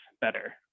better